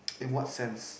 in what sense